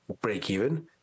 break-even